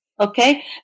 Okay